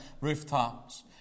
rooftops